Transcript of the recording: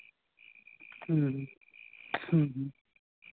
ᱦᱮᱸ ᱦᱮᱸ ᱦᱮᱸ